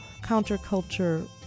counterculture